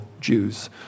Jews